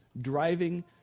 driving